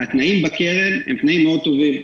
התנאים בקרן הם תנאים מאוד טובים.